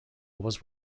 was